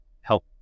help